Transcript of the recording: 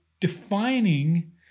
defining